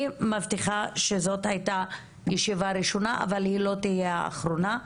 אני מבטיחה שזאת היתה ישיבה ראשונה אבל היא לא תהיה האחרונה.